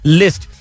list